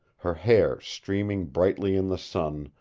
her hair streaming brightly in the sun,